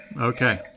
Okay